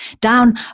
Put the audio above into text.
down